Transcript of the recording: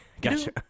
gotcha